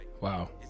Wow